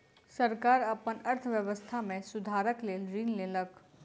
सरकार अपन अर्थव्यवस्था में सुधारक लेल ऋण लेलक